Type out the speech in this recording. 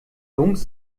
jungs